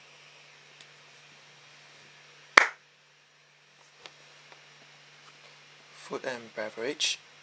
food and beverage